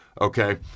okay